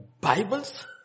Bibles